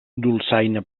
dolçaina